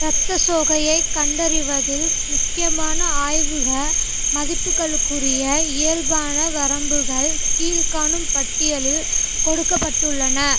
இரத்த சோகையை கண்டறிவதில் முக்கியமான ஆய்வக மதிப்புகளுக்குரிய இயல்பான வரம்புகள் கீழ்க்காணும் பட்டியலில் கொடுக்கப் பட்டுள்ளன